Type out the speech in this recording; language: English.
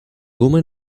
woman